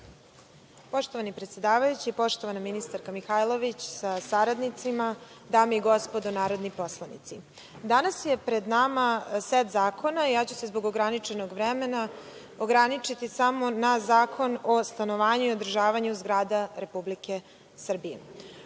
Poštovani predsedavajući, poštovana ministarka Mihajlović sa saradnicima, dame i gospodo narodni poslanici, danas je pred nama set zakona. Ja ću se zbog ograničenog vremena ograničiti samo na zakon o stanovanju i održavanju zgrada Republike Srbije. Ovo